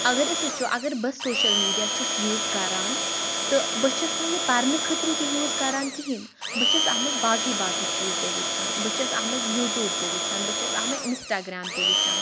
اگر أسۍ وُچھو اگر بہٕ سوشَل میڈیا چھَس یوٗز کَران تہٕ بہٕ چھَس نہٕ یہِ پَرنہٕ خٲطرٕ تہِ یوٗز کَران کہیٖنۍ بہٕ چھَس اَتھ منٛز باقٕے باقٕے چیٖز تہِ وُچھان بہٕ چھَس اَتھ منٛز یوٗٹیوٗب تہِ وُچھان بہٕ چھَس اَتھ منٛز اِنَسٹاگرٛام تہِ وُچھان